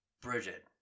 Bridget